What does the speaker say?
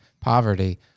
poverty